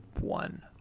one